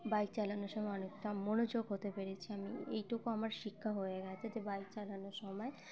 bike চালানোর সময় অনেকটা মনোযোগ হতে পেরেছি আমি এইটুকু আমার শিক্ষা হয়ে গেছে যে বাইক চালানোর সময়